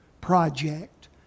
project